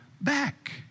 back